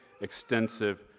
extensive